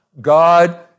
God